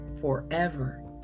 forever